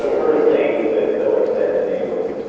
first things that philip said to me was